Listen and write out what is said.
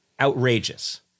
outrageous